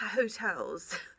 hotels